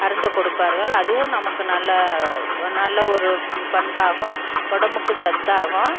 அருந்த கொடுப்பார்கள் அதுவும் நமக்கு நல்ல வ நல்ல ஒரு பண்பாகும் உடம்புக்கு சத்தாகும்